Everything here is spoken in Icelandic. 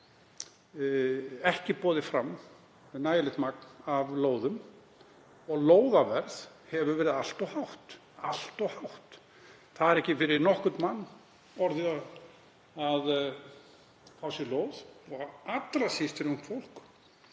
ekki boðið fram nægilegt magn af lóðum og lóðaverð verið allt of hátt. Það er ekki fyrir nokkurn mann orðið á að fá sér lóð og allra síst fyrir ungt fólk